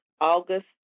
August